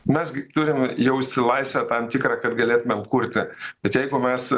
mes gi turim jausti laisvę tam tikrą kad galėtumėm kurti bet jeigu mes